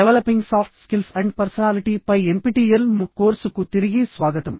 developing soft skills and personality పై NPTEL MOOC course కు తిరిగి స్వాగతం